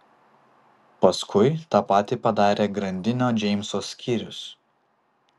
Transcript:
paskui tą patį padarė grandinio džeimso skyrius